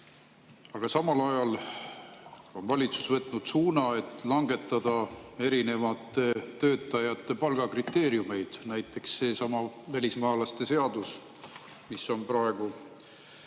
aga samal ajal on valitsus võtnud suuna, et langetada erinevate töötajate palgakriteeriumeid. Näiteks sellesama välismaalaste seadusega, mis on praegu